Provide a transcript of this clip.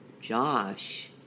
Josh